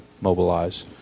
mobilize